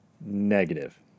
negative